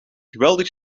geweldig